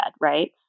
right